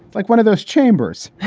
like one of those chambers.